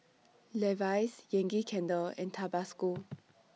Levi's Yankee Candle and Tabasco